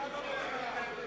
לא לטעות בהצבעה,